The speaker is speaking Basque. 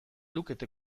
lukete